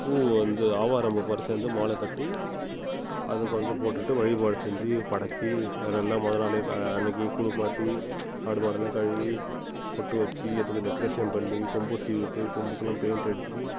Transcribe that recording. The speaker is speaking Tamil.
பூ வந்து ஆவாரம் பூ பறிச்சிவிட்டு வந்து மாலை கட்டி அதக்கு வந்து போட்டுட்டு வழிபாடு செஞ்சு படைச்சி அதை நல்லா முத நாளே கா அன்னிக்கு குளிப்பாட்டி ஆடு மாடுலாம் கழுவி பொட்டு வச்சி அதுக்கு டெக்ரேஷன் பண்ணி கொம்பு சீவிவிட்டு கொம்புக்குலாம் பெய்ண்ட்டடிச்சு